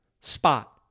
spot